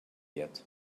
yet